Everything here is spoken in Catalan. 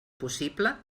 possible